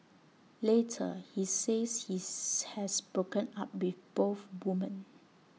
later he says his has broken up with both woman